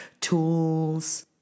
tools